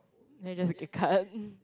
then you just get card